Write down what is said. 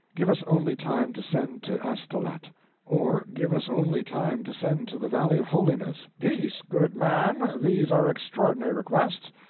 give us only time to send to astolat or give us only time to send to the valley of holiness peace, good man, these are extraordinary requests,